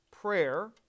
prayer